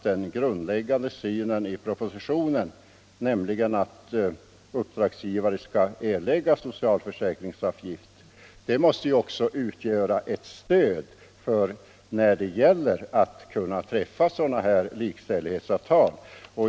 Den grundläggande synen i propositionen, nämligen att uppdragsgivare skall erlägga socialförsäkringsavgift, måste utgöra ett stöd i strävandena att träffa sådana här likställighetsavtal.